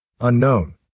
Unknown